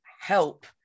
help